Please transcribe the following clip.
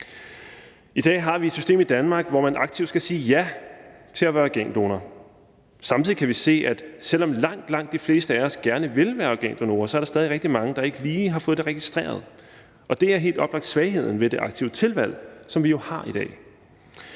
I dag har vi et system i Danmark, hvor man aktivt skal sige ja til at være organdonor. Samtidig kan vi se, at selv om langt, langt de fleste af os gerne vil være organdonorer, så er der stadig rigtig mange, der ikke lige har fået sig registreret, og det er helt oplagt svagheden ved det aktive tilvalg, som vi jo har i dag.